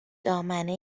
دامنه